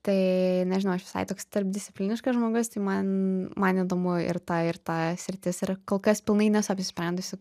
tai nežinau aš visai toks tarpdiscipliniškas žmogus tai man man įdomu ir ta ir ta sritis ir kol kas pilnai nesu apsisprendusi